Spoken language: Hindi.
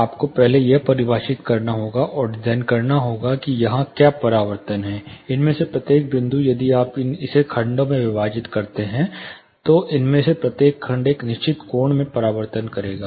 आपको पहले यह परिभाषित करना और डिजाइन करना होगा कि यहां क्या परावर्तन हैं इनमें से प्रत्येक बिंदु यदि आप इसे खंडों में विभाजित करते हैं तो इनमें से प्रत्येक खंड एक निश्चित कोण में परावर्तन करेगा